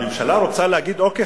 הממשלה רוצה להגיד: אוקיי,